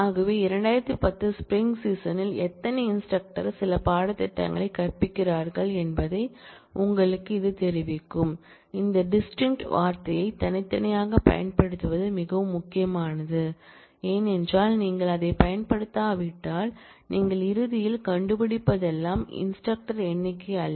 ஆகவே 2010 ஸ்ப்ரிங் சீசனில் எத்தனை இன்ஸ்டிரக்டர் சில பாடத்திட்டங்களை கற்பிக்கிறார்கள் என்பதை இது உங்களுக்குத் தெரிவிக்கும் இந்த டிஸ்டின்க்ட வார்த்தையை தனித்தனியாகப் பயன்படுத்துவது மிகவும் முக்கியமானது ஏனென்றால் நீங்கள் அதைப் பயன்படுத்தாவிட்டால் நீங்கள் இறுதியில் கண்டுபிடிப்பதெல்லாம் இன்ஸ்டிரக்டர் எண்ணிக்கை அல்ல